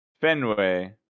Fenway